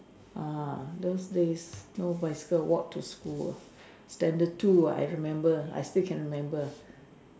ah those days no bicycle walk to school standard to ah I remember I still can remember